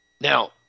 Now –